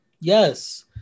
Yes